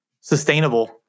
sustainable